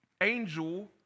angel